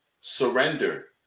Surrender